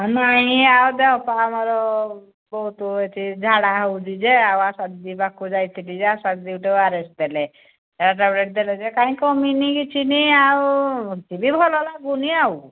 ନାଇଁ ଆଉ ଦେହ ତ ଆମର ବହୁତ ଏଠି ଝାଡ଼ା ହେଉଛି ଯେ ଆଉ ପାଖକୁ ଯାଇଥିଲି ଯେ ଗୋଟେ ଓ ଆର ଏସ ଦେଲେ ସେ ଟାବଲେଟ୍ ଦେଲେ ଯେ କାହିଁ କମିନି କିଛିି ଆଉ ମୋତେ ବି ଭଲ ଲାଗୁନି ଆଉ